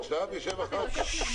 הישיבה.